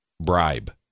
bribe